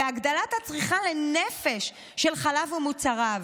והגדלת הצריכה לנפש של חלב ומוצריו